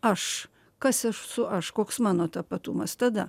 aš kas esu aš koks mano tapatumas tada